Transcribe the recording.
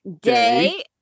Day